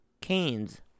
canes